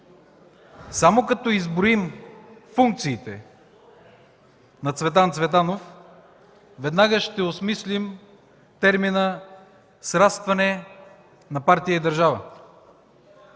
Само като изброим функциите на Цветан Цветанов, веднага ще осмислим термина „срастване на партия и държава”.